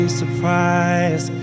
surprise